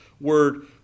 word